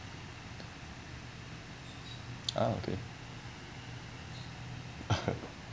ah okay